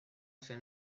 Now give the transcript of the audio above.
ese